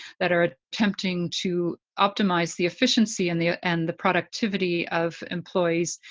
that are attempting to optimize the efficiency and the ah and the productivity of employees.